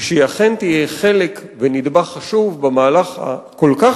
ושהיא אכן תהיה חלק ונדבך חשוב במהלך הכל-כך